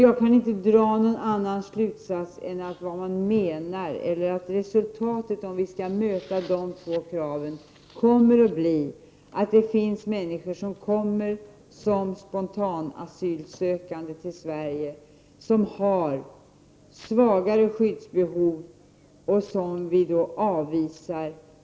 Jag kan inte dra någon annan slutsats av detta än att resultatet, om vi skall möta de två kraven, blir att det kommer människor till Sverige som spontanasylsökande som har svagare skyddsbehov och som vi avvisar.